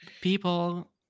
People